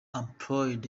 employed